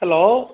hello